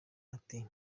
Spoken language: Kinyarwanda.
ati